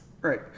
Right